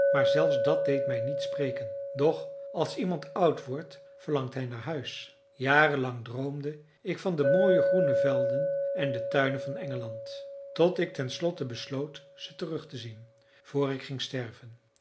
maar zelfs dat deed mij niet spreken doch als iemand oud wordt verlangt hij naar huis jaren lang droomde ik van de mooie groene velden en de tuinen van engeland tot ik ten slotte besloot ze terug te zien voor ik ging sterven